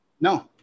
no